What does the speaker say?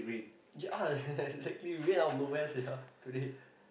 just uh exactly rain out of nowhere sia today